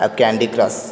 ଆଉ କ୍ୟାଣ୍ଡିକ୍ରସ୍